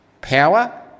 power